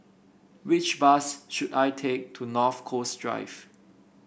which bus should I take to North Coast Drive